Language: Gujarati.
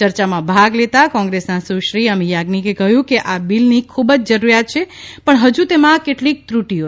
ચર્ચામાં ભાગ લેતા સુશ્રી કોંગ્રેસના અમી યાજ્ઞિકે કહ્યું કે આ બીલની ખૂબ જ જરૂરિયાત છે પણ હજૂ તેમાં કેટલીક ત્રુટીઓ છે